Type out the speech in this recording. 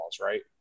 Right